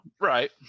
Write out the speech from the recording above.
Right